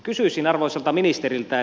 kysyisin arvoisalta ministeriltä